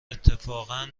اتفاقا